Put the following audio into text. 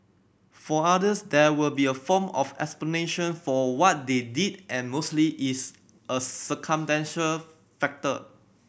for others there will be a form of explanation for what they did and mostly is a circumstantial factor